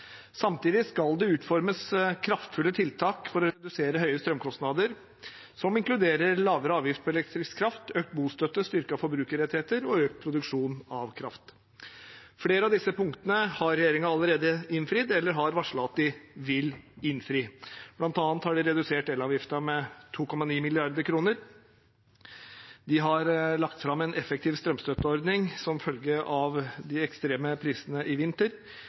Samtidig skal det utformes kraftfulle tiltak for å redusere høye strømkostnader som inkluderer lavere avgift på elektrisk kraft, økt bostøtte, styrkede forbrukerrettigheter og økt produksjon av kraft. Flere av disse punktene har regjeringen allerede innfridd eller varslet at de vil innfri. Blant annet har de redusert elavgiften med 2,9 mrd. kr, de har lagt fram en effektiv strømstøtteordning som følge av de ekstreme prisene i vinter,